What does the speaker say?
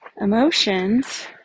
emotions